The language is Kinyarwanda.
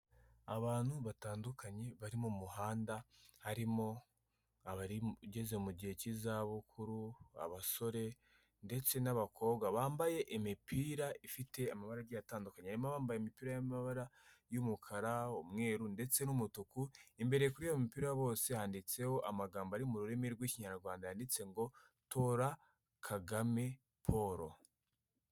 Abantu batandukanye bari mu muhanda, harimo abageze mu gihe cy'izabukuru, abasore ndetse n'abakobwa bambaye imipira ifite amabara agiye atandukanye, harimo abambaye imipira y'amabara y'umukara, umweru ndetse n'umutuku, imbere kuri iyo mipira bose yanditseho amagambo ari mu rurimi rw'ikinyarwanda yanditse ngo Tora Kagame Paul.